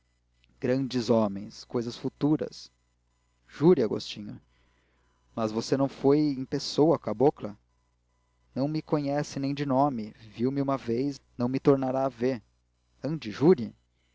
grandes homens cousas futuras jure agostinho mas você não foi em pessoa à cabocla não me conhece nem de nome viu-me uma vez não me tornará a ver ande jure